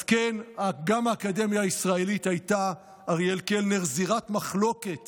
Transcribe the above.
אז כן, גם האקדמיה הישראלית הייתה זירת מחלוקת